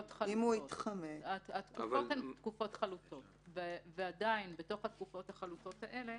התקופות הן חלוטות ועדיין בתוך התקופות החלוטות האלה